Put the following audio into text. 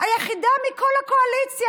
היחידה מכל הקואליציה.